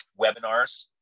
webinars